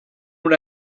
una